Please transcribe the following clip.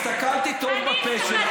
הסתכלתי טוב בפה שלה,